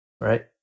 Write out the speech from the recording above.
right